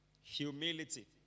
humility